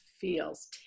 feels